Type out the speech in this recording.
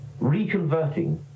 reconverting